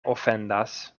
ofendas